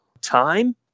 time